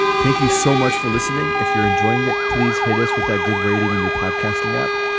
thank you so much for listening. if you're enjoying it, please hit us with that good rating in your podcasting app.